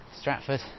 Stratford